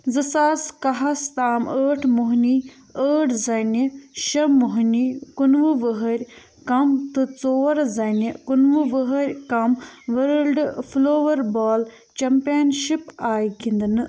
زٕ ساس کَہَس تام ٲٹھ مۄہنی ٲٹھ زنہِ شےٚ مۄہنی کُنہٕ وُہ ؤۂرۍ کَم تہٕ ژور زنہِ کُنہٕ وُہ ؤۂرۍ کَم وٲلڈ فٕلووَر بال چٮ۪مپینشِپ آیہِ گِنٛدنہٕ